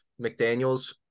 McDaniels